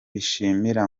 bishimira